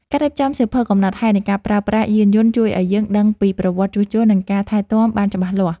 ការរៀបចំសៀវភៅកំណត់ហេតុនៃការប្រើប្រាស់យានយន្តជួយឱ្យយើងដឹងពីប្រវត្តិជួសជុល និងការថែទាំបានច្បាស់លាស់។